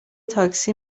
تاکسی